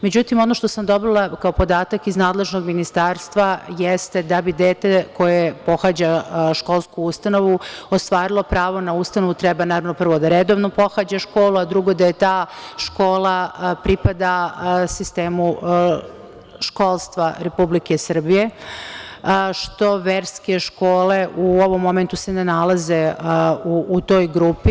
Međutim, ono što sam dobila kao podatak iz nadležnog ministarstva jeste da bi dete koje pohađa školsku ustanovu ostvarilo pravo na ustanovu treba prvo da redovno pohađa školu, a drugo da ta škola pripada sistemu školstva Republike Srbije, a verske škole u ovom momentu se ne nalaze u toj grupi.